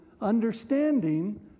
understanding